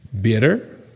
bitter